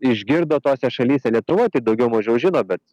išgirdo tose šalyse lietuvoj tai daugiau mažiau žino bet